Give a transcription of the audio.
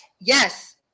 Yes